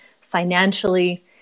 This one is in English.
financially